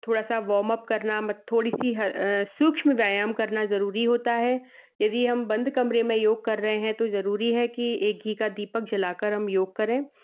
थोड़ा सा वोर्मअप करना मत थोड़ी सी सूक्ष्म व्यायाम करना जरूरी होता है यदि हम बंद कमरे में योग कर रहे हैं तो जरूरी है कि एक घी का दीपक जला कर हम योग करें